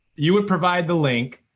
you would provide the link,